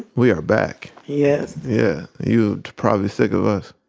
we are back yeah yeah. you probably sick of us